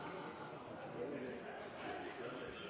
presentere